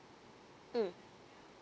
mm